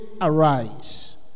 arise